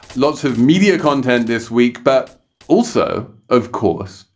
lots of media content this week, but also, of course,